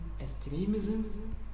extremism